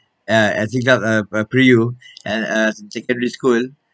uh at siglap uh uh pre U at uh secondary school